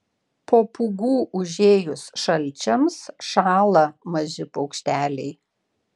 po pūgų užėjus šalčiams šąla maži paukšteliai